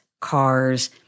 cars